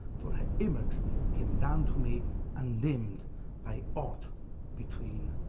for her image came down to me undimmed by aught between.